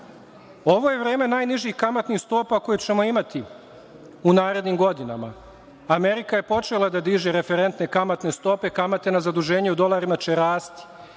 Ovo je vreme najnižih kamatnih stopa koje ćemo imati u narednim godinama. Amerika je počela da diže referentne kamatne stope, kamate na zaduženja u dolarima će rasti.